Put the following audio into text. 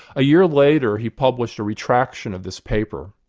a year later he published a retraction of this paper,